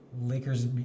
Lakers